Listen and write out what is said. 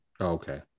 Okay